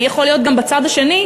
אני יכול להיות גם בצד השני,